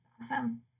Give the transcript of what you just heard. Awesome